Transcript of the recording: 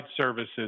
services